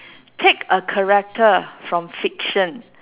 take a character from fiction